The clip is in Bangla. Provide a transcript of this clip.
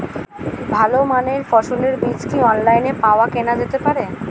ভালো মানের ফসলের বীজ কি অনলাইনে পাওয়া কেনা যেতে পারে?